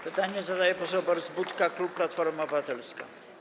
Pytanie zadaje poseł Borys Budka, klub Platforma Obywatelska.